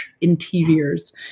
Interiors